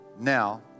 Now